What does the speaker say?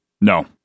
No